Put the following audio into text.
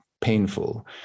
painful